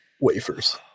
wafers